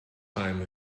time